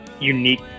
unique